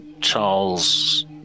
Charles